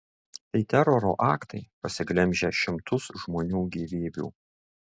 tai teroro aktai pasiglemžę šimtus žmonių gyvybių